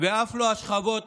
ואף לא השכבות